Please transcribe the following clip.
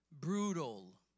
brutal